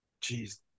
Jeez